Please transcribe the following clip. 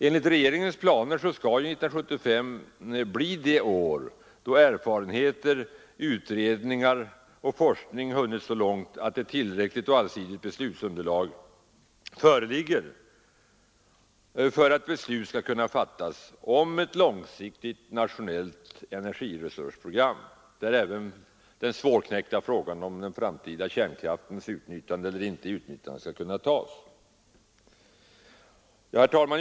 Enligt regeringens planer skall 1975 bli det år då erfarenheter, utredningar och forskning hunnit så långt, att ett tillräckligt och allsidigt underlag föreligger för att beslut skall kunna fattas om ett långsiktigt och nationellt energiresursprogram där även den svårknäckta nöten om den framtida kärnkraftens utnyttjande eller inte utnyttjande skall kunna avgöras.